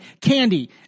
Candy